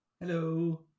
Hello